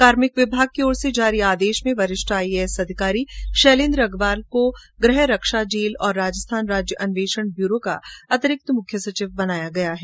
कार्मिक विभाग की ओर से जारी आदेश में वरिष्ठ आईएएस अधिकारी शैलेन्द्र अग्रवाल को गृह रक्षा जेल और राजस्थान राज्य अन्वेषण ब्यूरो का अतिरिक्त मुख्य सचिव बनाया गया है